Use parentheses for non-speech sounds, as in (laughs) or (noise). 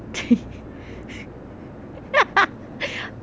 (laughs)